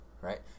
Right